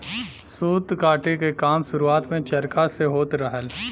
सूत काते क काम शुरुआत में चरखा से होत रहल